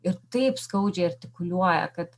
ir taip skaudžiai artikuliuoja kad